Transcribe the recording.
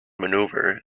maneuver